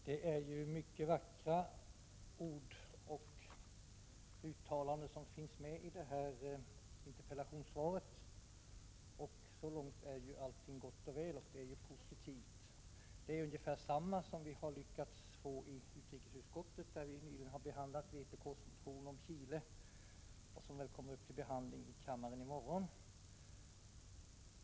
Herr talman! Det finns många vackra ord och uttalanden i detta interpellationssvar. Så långt är allt gott och väl, och det är ju positivt. Det är ungefär samma skrivning som den vi har lyckats få i utrikesutskottet, där vi nyligen har behandlat vpk:s motion om Chile. Detta betänkande kommer upp till behandling i kammaren i morgon.